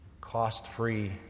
cost-free